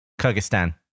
kyrgyzstan